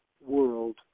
world